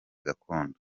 gakondo